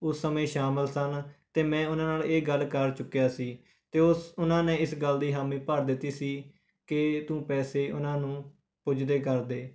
ਉਸ ਸਮੇਂ ਸ਼ਾਮਿਲ ਸਨ ਅਤੇ ਮੈਂ ਉਹਨਾਂ ਨਾਲ ਇਹ ਗੱਲ ਕਰ ਚੁੱਕਿਆ ਸੀ ਅਤੇ ਉਸ ਉਹਨਾਂ ਨੇ ਇਸ ਗੱਲ ਦੀ ਹਾਮੀ ਭਰ ਦਿੱਤੀ ਸੀ ਕਿ ਤੂੰ ਪੈਸੇ ਉਹਨਾਂ ਨੂੰ ਪੁੱਜਦੇ ਕਰ ਦੇ